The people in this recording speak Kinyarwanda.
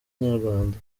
inyarwanda